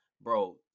bro